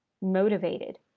motivated